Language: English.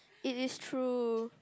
it is true